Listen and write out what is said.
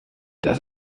das